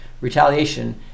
retaliation